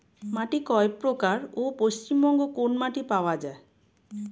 মাটি কয় প্রকার ও পশ্চিমবঙ্গ কোন মাটি পাওয়া য়ায়?